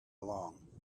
along